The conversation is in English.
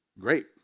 great